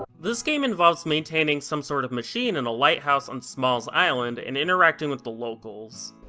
this game involves maintaining some sort of machine in a lighthouse on smalls island and interacting with the locals.